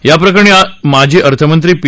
या प्रकरणी माजी अर्थमंत्री पी